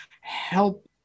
help